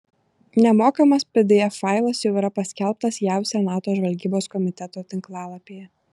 nemokamas pdf failas jau yra paskelbtas jav senato žvalgybos komiteto tinklalapyje